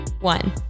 one